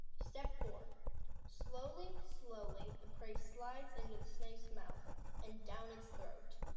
step four slowly slowly the prey slides into the snake's mouth and down its throat